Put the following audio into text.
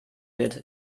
wird